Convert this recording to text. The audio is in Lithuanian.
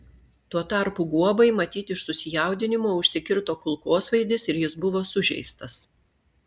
tuo tarpu guobai matyt iš susijaudinimo užsikirto kulkosvaidis ir jis buvo sužeistas